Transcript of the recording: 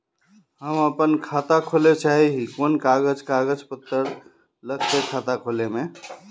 हम अपन खाता खोले चाहे ही कोन कागज कागज पत्तार लगते खाता खोले में?